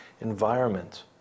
environment